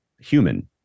human